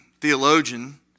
theologian